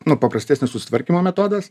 nu paprastesnis sutvarkymo metodas